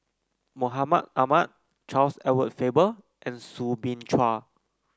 Mahmud Ahmad Charles Edward Faber and Soo Bin Chua